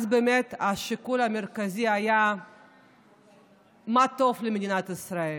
אז באמת השיקול המרכזי היה מה טוב למדינת ישראל.